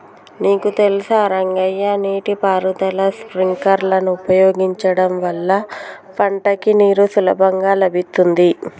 నీకు తెలుసా రంగయ్య నీటి పారుదల స్ప్రింక్లర్ ఉపయోగించడం వల్ల పంటకి నీరు సులభంగా లభిత్తుంది